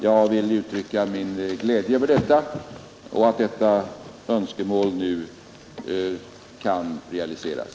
Jag vill uttrycka min glädje häröver och över att detta önskemål nu kan realiseras.